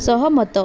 ସହମତ